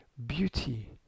beauty